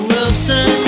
Wilson